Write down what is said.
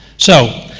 so,